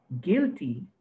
guilty